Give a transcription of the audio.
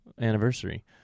Anniversary